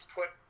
put